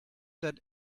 that